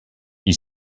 you